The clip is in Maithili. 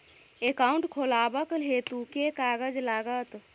एकाउन्ट खोलाबक हेतु केँ कागज लागत?